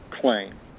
claim